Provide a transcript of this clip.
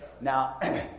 Now